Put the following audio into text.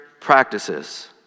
practices